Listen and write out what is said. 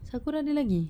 sakura dia ada lagi